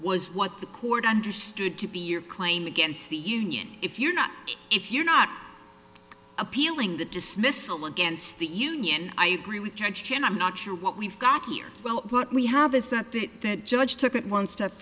was what the court understood to be your claim against the union if you're not if you're not appealing the dismissal against the union i agree with judge chen i'm not sure what we've got here well what we have is that the judge took it one step